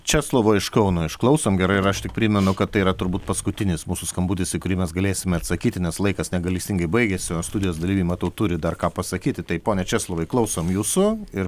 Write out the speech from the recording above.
česlovo iš kauno išklausom gerai ir aš tik primenu kad tai yra turbūt paskutinis mūsų skambutis į kurį mes galėsime atsakyti nes laikas negailestingai baigiasi o studijos dalyviai matau turi dar ką pasakyti tai pone česlovai klausom jūsų ir